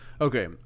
okay